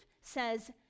says